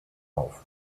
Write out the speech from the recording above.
auf